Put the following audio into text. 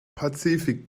pazifik